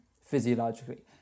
physiologically